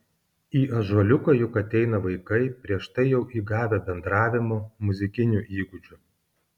į ąžuoliuką juk ateina vaikai prieš tai jau įgavę bendravimo muzikinių įgūdžių